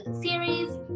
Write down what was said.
series